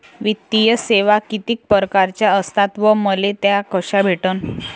वित्तीय सेवा कितीक परकारच्या असतात व मले त्या कशा भेटन?